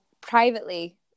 privately